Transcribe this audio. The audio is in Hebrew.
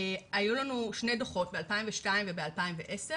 היו לנו שני דו"חות, ב-2002 וב-2010,